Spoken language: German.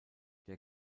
der